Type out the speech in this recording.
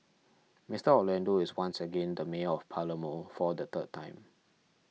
Mister Orlando is once again the mayor of Palermo for the third time